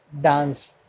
dance